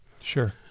Sure